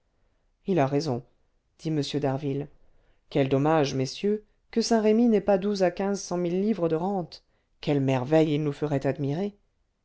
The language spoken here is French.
il a raison dit m d'harville quel dommage messieurs que saint-remy n'ait pas douze à quinze cent mille livres de rentes quelles merveilles il nous ferait admirer